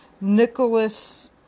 Nicholas